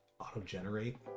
auto-generate